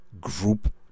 group